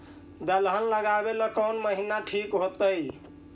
दलहन लगाबेला कौन महिना ठिक होतइ?